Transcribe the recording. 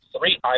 three